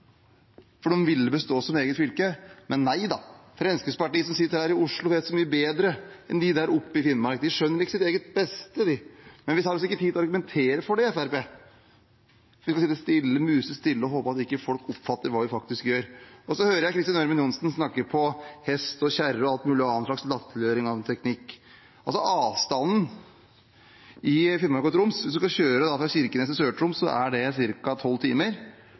da, Fremskrittspartiet som sitter her i Oslo, vet så mye bedre enn de der oppe i Finnmark. De skjønner ikke sitt eget beste, de, men vi tar oss ikke tid til å argumentere for det i Fremskrittspartiet. Vi skal sitte stille, musestille, og håpe at folk ikke oppfatter hva vi faktisk gjør. Så hører jeg Kristin Ørmen Johnsen snakke om hest og kjerre og all mulig annen slags latterliggjøring av teknikk. Når det gjelder avstandene i Finnmark og Troms: Hvis en skal kjøre fra Kirkenes til Sør-Troms, er det ca. tolv timer